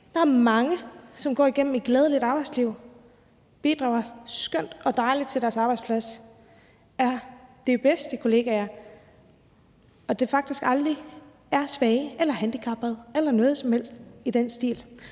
Der er mange, som går igennem et glædeligt arbejdsliv og bidrager på en skøn og dejlig måde til deres arbejdsplads, og som er de bedste kollegaer, og de er faktisk aldrig svage eller handicappede eller noget som helst i den stil.